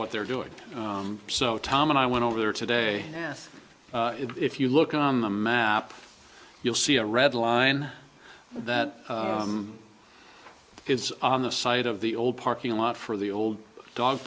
what they're doing so tom and i went over there today and if you look on the map you'll see a red line that is on the side of the old parking lot for the old dog